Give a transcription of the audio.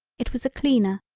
it was a cleaner,